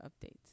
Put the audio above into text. updates